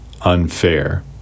unfair